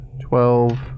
twelve